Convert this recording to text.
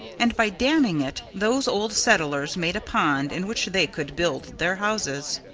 and by damming it those old settlers made a pond in which they could build their houses.